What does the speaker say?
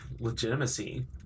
legitimacy